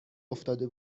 افتاده